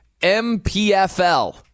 MPFL